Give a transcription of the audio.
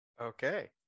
Okay